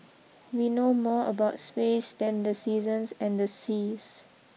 we know more about space than the seasons and seas